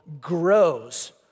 grows